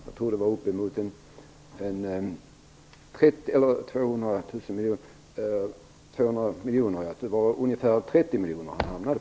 Jag tror att han kom fram till ungefär 30 miljoner kronor.